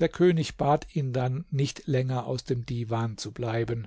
der könig bat ihn dann nicht länger aus dem divan zu bleiben